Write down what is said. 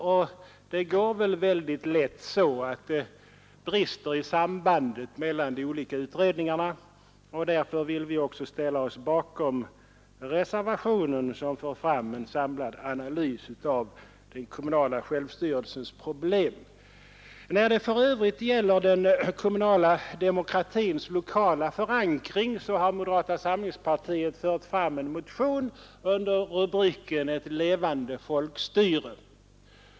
Det inträffar väl mycket lätt att det brister i sambandet mellan de olika utredningarna, och därför vill vi också ställa oss bakom den reservation där det krävs en samlad analys av den kommunala självstyrelsens problem. I frågan om den kommunala demokratins lokala förankring har moderata samlingspartiet för övrigt väckt en motion under rubriken ”Ett levande folkstyre”.